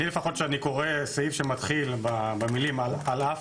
אני לפחות כשאני קורא סעיף שמתחיל במילים "על אף